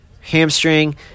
hamstring